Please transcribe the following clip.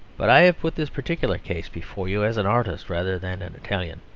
but i have put this particular case before you, as an artist rather than an italian,